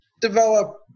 develop